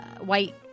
white